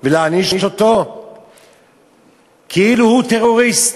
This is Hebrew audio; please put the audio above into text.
ולהעניש אותו כאילו הוא טרוריסט.